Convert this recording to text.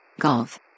Golf